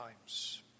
times